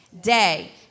day